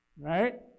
Right